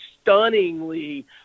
stunningly –